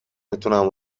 میتونم